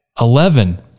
Eleven